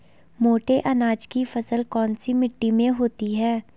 मोटे अनाज की फसल कौन सी मिट्टी में होती है?